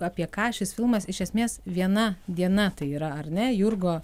apie ką šis filmas iš esmės viena diena tai yra ar ne jurgo